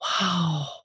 wow